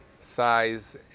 size